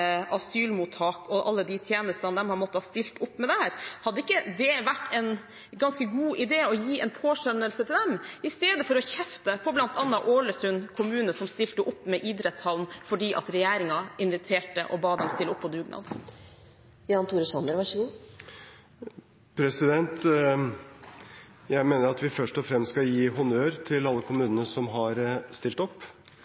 asylmottak og alle de tjenestene de har måttet stille opp med der? Hadde ikke det vært en ganske god idé å gi en påskjønnelse til dem i stedet for å kjefte på bl.a. Ålesund kommune, som stilte opp med idrettshallen fordi regjeringen inviterte og ba dem stille opp på dugnad? Jeg mener at vi først og fremst skal gi honnør til alle kommunene som har stilt opp.